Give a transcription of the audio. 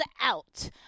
out